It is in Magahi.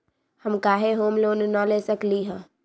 हम काहे होम लोन न ले सकली ह?